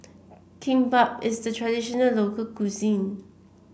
Kimbap is a traditional local cuisine